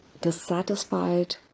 dissatisfied